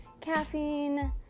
caffeine